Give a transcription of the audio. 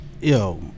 yo